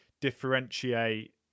differentiate